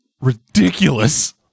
ridiculous